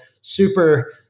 super